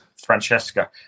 Francesca